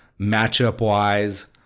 matchup-wise